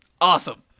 awesome